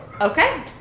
Okay